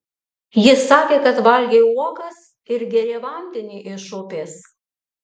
ji sakė kad valgė uogas ir gėrė vandenį iš upės